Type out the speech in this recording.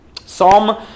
Psalm